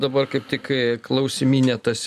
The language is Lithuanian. dabar kaip tik klausimyne tas